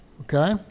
Okay